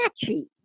catchy